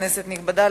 כנסת נכבדה,